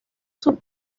sus